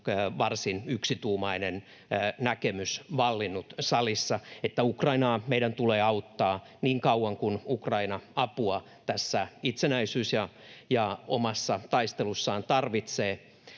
varsin yksituumainen näkemys vallinnut salissa, että Ukrainaa meidän tulee auttaa niin kauan kuin Ukraina apua tässä itsenäisyys- ja omassa taistelussaan tarvitsee.